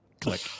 click